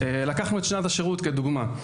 לקחנו את שנת השירות כדוגמה.